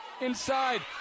inside